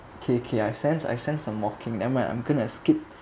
k k I sense I sense some mocking never mind I'm going to skip